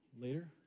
later